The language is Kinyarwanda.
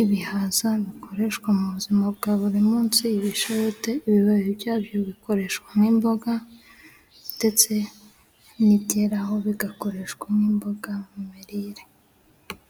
ibihaza bikoreshwa mu buzima bwa buri munsi, ibishayote ibibabi byabyo bikoreshwa nk'imboga ndetse ngeraho bigakoreshwa n'imboga mu mirire.